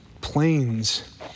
planes